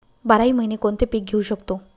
बाराही महिने कोणते पीक घेवू शकतो?